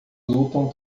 lutam